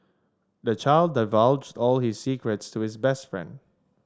the child divulged all his secrets to his best friend